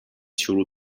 شروع